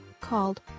called